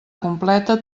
completa